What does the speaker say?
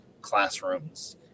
classrooms